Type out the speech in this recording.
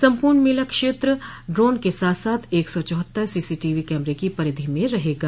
सम्पूर्ण मेला क्षेत्र ड्रोन के साथ साथ एक सौ चौहत्तर सीसीटीवी कैमरे की परिधि में रहेगा